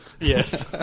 yes